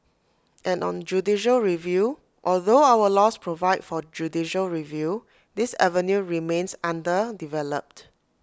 and on judicial review although our laws provide for judicial review this avenue remains underdeveloped